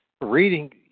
reading